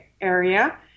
area